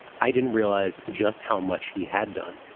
i didn't realize just how much he had done.